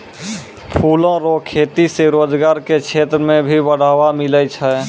फूलो रो खेती से रोजगार के क्षेत्र मे भी बढ़ावा मिलै छै